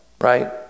right